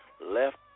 left